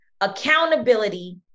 accountability